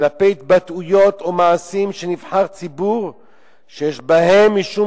כלפי התבטאויות או מעשים של נבחר ציבור שיש בהם משום